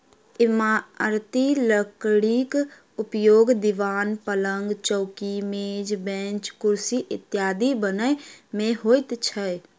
इमारती लकड़ीक उपयोग दिवान, पलंग, चौकी, मेज, बेंच, कुर्सी इत्यादि बनबय मे होइत अछि